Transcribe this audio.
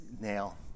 nail